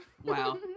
wow